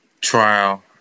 trial